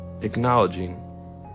acknowledging